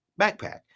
backpack